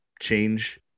change